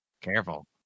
Careful